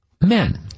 men